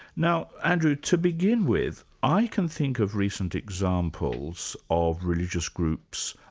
now andrew, to begin with, i can think of recent examples of religious groups,